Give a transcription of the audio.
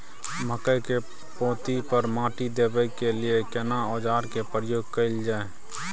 मकई के पाँति पर माटी देबै के लिए केना औजार के प्रयोग कैल जाय?